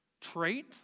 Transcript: trait